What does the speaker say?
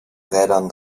rädern